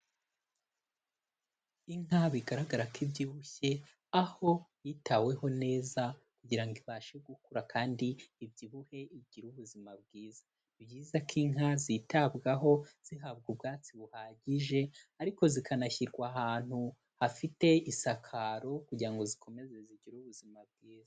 Inka bigaragara ko ibyibushye, aho yitaweho neza kugira ngo ibashe gukura kandi ibyibuhe, igira ubuzima bwiza, ni byiza ko inka zitabwaho zihabwa ubwatsi buhagije ariko zikanashyirwa ahantu hafite isakaro kugira ngo zikomeze zigire ubuzima bwiza.